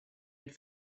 had